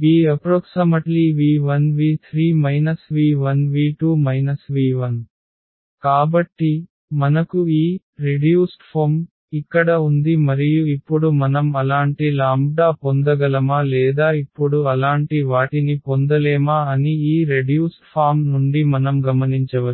Bv1 v3 v1 v2 v1 కాబట్టి మనకు ఈ తగ్గిన ఫారమ్ ఇక్కడ ఉంది మరియు ఇప్పుడు మనం అలాంటి లాంబ్డా పొందగలమా లేదా ఇప్పుడు అలాంటి వాటిని పొందలేమా అని ఈ రెడ్యూస్డ్ ఫామ్ నుండి మనం గమనించవచ్చు